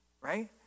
Right